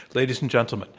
ladies a nd gentlemen,